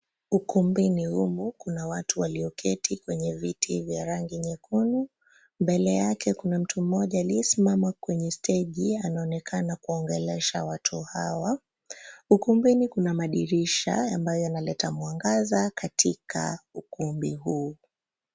Ukumbini humu, kuna watu walioketi kwenye viti vya rangi nyekundu. Mbele yake kuna mtu mmoja aliyesimama kwenye steji. Anaonekana kuongelesha watu hawa. Ukumbini kuna madirisha ambayo yanaleta mwangaza katika ukumbi huu.